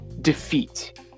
defeat